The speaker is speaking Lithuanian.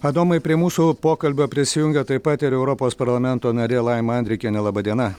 adomai prie mūsų pokalbio prisijungia taip pat ir europos parlamento narė laima andrikienė laba diena